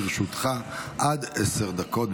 לרשותך עד עשר דקות.